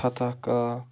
فَتع کاک